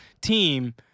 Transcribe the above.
team